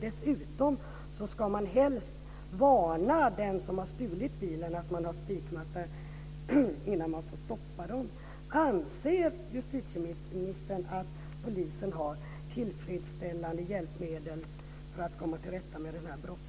Dessutom ska man helst varna den som har stulit bilen för att man har spikmatta innan man får stoppa honom.